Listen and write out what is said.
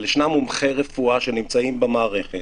אבל ישנם מומחי רפואה שנמצאים במערכת,